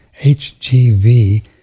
HGV